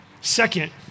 Second